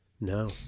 No